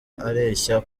areshya